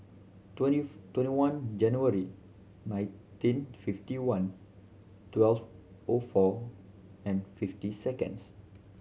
twenty twenty one January nineteen fifty one twelve O four and fifty seconds